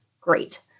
great